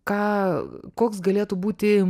ką koks galėtų būti